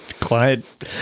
Quiet